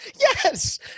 Yes